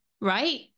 right